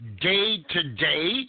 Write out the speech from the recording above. day-to-day